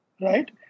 right